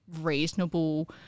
reasonable